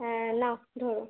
হ্যাঁ নাও ধরো